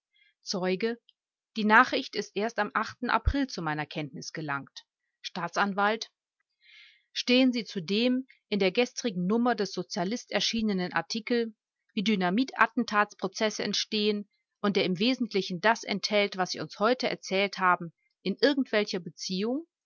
die nachricht ist erst am april zu meiner kenntnis gelangt staatsanwalt stehen sie zu dem in der gestrigen nummer des sozialist erschienenen artikel wie dynamit attentats prozesse entstehen und der im wesentlichen das enthält was sie uns heute erzählt haben in irgendwelcher beziehung